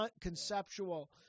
conceptual